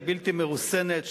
הבלתי-מרוסנת,